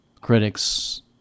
critics